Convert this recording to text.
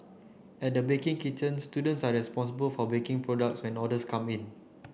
at the baking kitchen students are responsible for baking products when orders come in